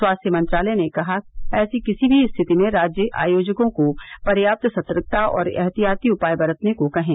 स्वास्थ्य मंत्रालय ने कहा कि ऐसी किसी भी स्थिति में राज्य आयोजकों को पर्याप्त सतर्कता और ऐहतियाती उपाय बरतने को कहें